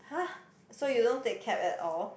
!huh! so you don't take cab at all